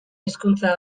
hizkuntza